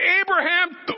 Abraham